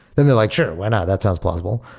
then they're like, sure. why not? that sounds plausible.